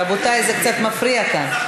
רבותי, זה קצת מפריע כאן.